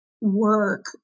work